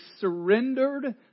surrendered